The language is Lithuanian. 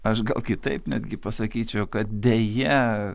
aš gal kitaip netgi pasakyčiau kad deja